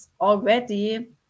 already